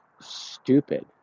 stupid